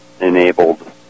enabled